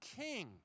king